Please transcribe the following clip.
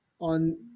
on